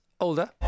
older